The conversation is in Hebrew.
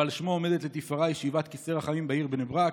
ועל שמו עומדת לתפארה ישיבת כיסא רחמים בעיר בני ברק.